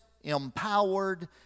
empowered